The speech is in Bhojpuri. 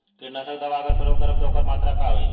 कीटनाशक दवा अगर प्रयोग करब त ओकर मात्रा का होई?